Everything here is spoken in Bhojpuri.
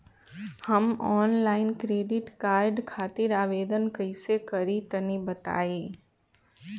हम आनलाइन क्रेडिट कार्ड खातिर आवेदन कइसे करि तनि बताई?